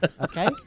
Okay